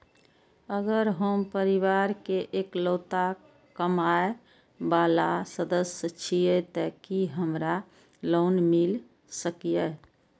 अगर हम परिवार के इकलौता कमाय वाला सदस्य छियै त की हमरा लोन मिल सकीए?